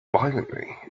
violently